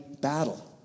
battle